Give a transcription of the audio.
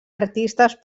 artistes